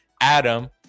Adam